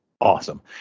awesome